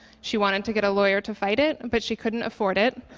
she wanted to get a lawyer to fight it, but she couldn't afford it,